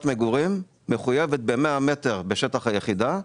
מגורים מחויבת בכ-100 מטר בשטח היחידה,